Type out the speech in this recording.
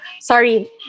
Sorry